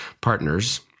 partners